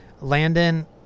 Landon